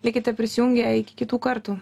likite prisijungę iki kitų kartų